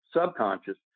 subconscious